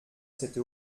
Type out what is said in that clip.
cette